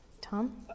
Tom